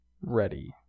ready